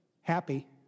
happy